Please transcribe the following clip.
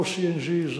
או CNG,